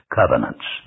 covenants